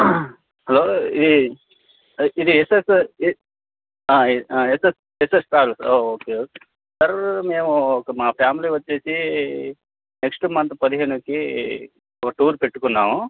hello ఇది ఇది SS SS SS travels ఓ ఓకేే సార్ మేము ఒక మా ఫ్యామిలీ వచ్చేసి నెక్స్ట్ మంత్ పదిహేనుకి ఒక టూర్ పెట్టుకున్నాము